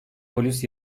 polis